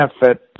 benefit